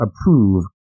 approve